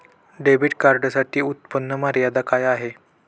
Credit कार्डसाठी उत्त्पन्न मर्यादा काय आहे?